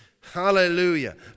Hallelujah